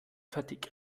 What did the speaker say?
fertig